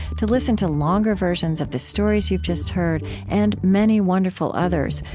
to listen to longer versions of the stories you've just heard and many wonderful others,